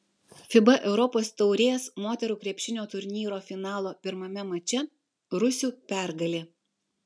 fiba europos taurės moterų krepšinio turnyro finalo pirmame mače rusių pergalė